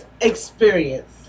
experience